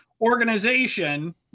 organization